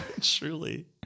Truly